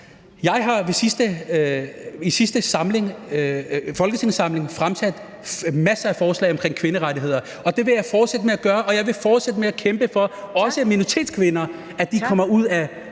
Jeg har i sidste folketingssamling fremsat masser af forslag omkring kvinderettigheder, og det vil jeg fortsætte med at gøre. Og jeg vil også fortsætte med at kæmpe for minoritetskvinder (Første